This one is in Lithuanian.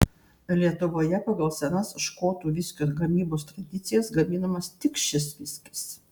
lietuvoje pagal senas škotų viskio gamybos tradicijas gaminamas tik šis viskis